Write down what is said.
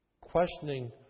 questioning